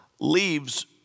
Leaves